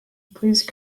please